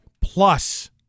Plus